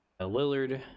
lillard